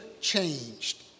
changed